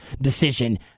decision